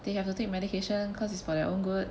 they have to take medication because it's for their own good